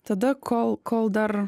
tada kol kol dar